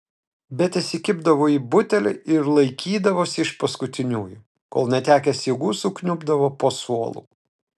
bet įsikibdavo į butelį ir laikydavosi iš paskutiniųjų kol netekęs jėgų sukniubdavo po suolu